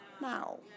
now